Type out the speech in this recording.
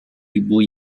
ribu